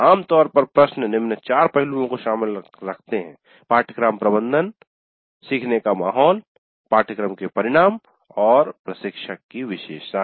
आमतौर पर प्रश्न निम्न चार पहलुओं को शामिल रखते हैं पाठ्यक्रम प्रबंधन सीखने का माहौल पाठ्यक्रम के परिणाम और प्रशिक्षक की विशेषताएं